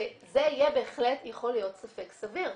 זה יהיה בהחלט ספק סביר.